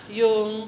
yung